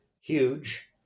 huge